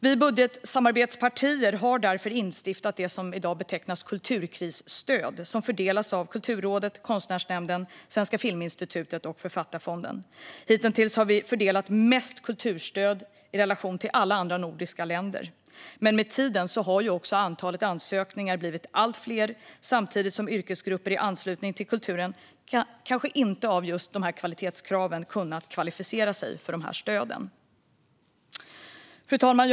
Vi budgetsamarbetspartier har därför instiftat det som i dag betecknas kulturkrisstöd och som fördelas av Kulturrådet, Konstnärsnämnden, Svenska Filminstitutet och Författarfonden. Hittills har vi fördelat mest kulturstöd i relation till alla andra nordiska länder. Med tiden har också antalet ansökningar blivit allt fler samtidigt som yrkesgrupper i anslutning till kulturen just på grund av de här kvalitetskraven kanske inte har kvalificerat sig för stöden. Fru talman!